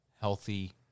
healthy